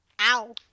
ow